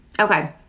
Okay